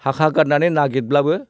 थाखा गारनानै नागिरब्लाबो